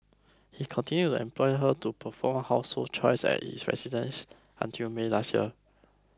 he continued to employ her to perform household chores at his residence until May last year